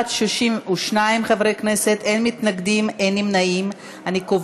לפרוטוקול, חבר הכנסת מיקי רוזנטל מבקש להצטרף